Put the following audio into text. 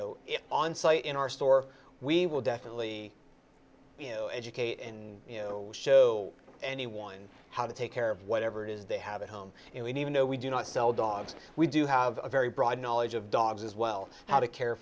if on site in our store we will definitely you know educate and you know show anyone how to take care of whatever it is they have a home in even though we do not sell dogs we do have a very broad knowledge of dogs as well how to care